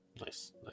Nice